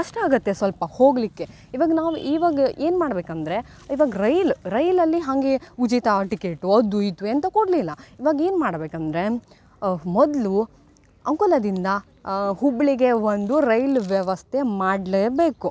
ಕಷ್ಟ ಆಗುತ್ತೆ ಸ್ವಲ್ಪ ಹೋಗಲಿಕ್ಕೆ ಇವಾಗ ನಾವು ಇವಾಗ ಏನು ಮಾಡಬೇಕಂದ್ರೆ ಇವಾಗ ರೈಲ್ ರೈಲಲ್ಲಿ ಹಾಗೇ ಉಚಿತ ಟಿಕೇಟು ಅದು ಇದು ಎಂತ ಕೊಡಲಿಲ್ಲ ಇವಾಗ ಏನು ಮಾಡಬೇಕು ಅಂದರೆ ಮೊದಲು ಅಂಕೋಲದಿಂದ ಹುಬ್ಬಳ್ಳಿಗೆ ಒಂದು ರೈಲ್ ವ್ಯವಸ್ಥೆ ಮಾಡಲೇಬೇಕು